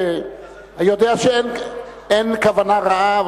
אני מתנצל ויודע שאין כוונה רעה,